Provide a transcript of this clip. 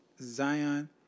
Zion